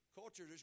culture